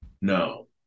No